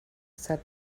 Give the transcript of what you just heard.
said